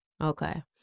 Okay